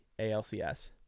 ALCS